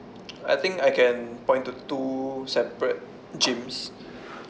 I think I can point to two separate gyms